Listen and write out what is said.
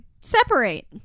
separate